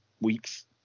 weeks